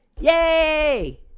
Yay